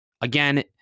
Again